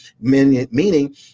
meaning